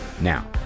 now